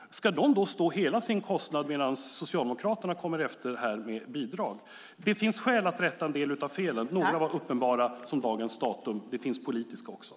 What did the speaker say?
Ska de då stå hela sin kostnad medan Socialdemokraterna här kommer efter med bidrag? Det finns skäl att rätta en del av felen. Några var uppenbara, som dagens datum, men det finns också politiska.